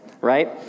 right